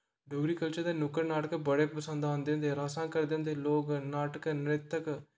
Dogri culture ते नुक्कड़ नाटक बड़े पंसद आंदे होंदे हे रासां करदे हे लोक नाटक नृत्यक